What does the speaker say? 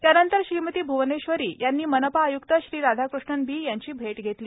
त्यानंतर श्रीमती भुवनेश्वरी यांनी मनपा आय्क्त श्री राधाकृष्णन बी यांची भेट घेतली